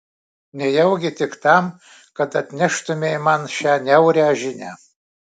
nejaugi tik tam kad atneštumei man šią niaurią žinią